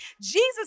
Jesus